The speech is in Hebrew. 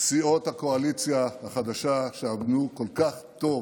סיעות הקואליציה החדשה, שעבדו כל כך טוב